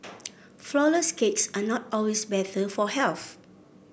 flourless cakes are not always better for health